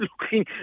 looking